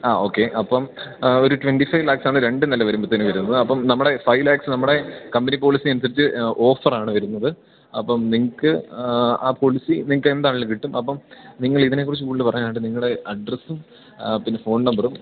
ആ ഓക്കേ അപ്പോള് ഒരു ട്വൻ്റി ഫൈവ് ലാക്സാണ് രണ്ടുനില വരുമ്പോഴത്തേനും വരുന്നത് അപ്പോള് നമ്മുടെ ഫൈവ് ലാക്സ് നമ്മുടെ കമ്പനി പോളിസി അനുസരിച്ച് ഓഫറാണ് വരുന്നത് അപ്പോള് നിങ്ങള്ക്ക് ആ പോളിസി നിങ്ങള്ക്കെന്താണേലും കിട്ടും അപ്പോള് നിങ്ങളിതിനെക്കുറിച്ചു കൂടുതല് പറയാനായിട്ട് നിങ്ങളുടെ അഡ്രസ്സും പിന്നെ ഫോൺ നമ്പറും